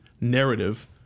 Narrative